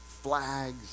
flags